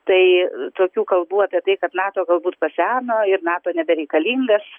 tai tokių kalbų apie tai kad nato galbūt paseno ir nato nebereikalingas